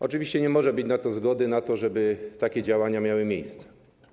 Oczywiście nie może być zgody na to, żeby takie działania miały miejsce.